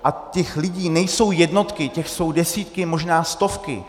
A těch lidí nejsou jednotky, těch jsou desítky, možná stovky.